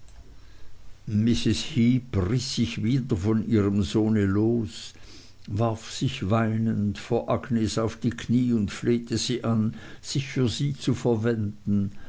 heep riß sich wieder von ihrem sohne los warf sich weinend vor agnes auf die kniee und flehte sie an sich für sie zu verwenden